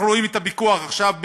אנחנו רואים את הפיקוח עכשיו,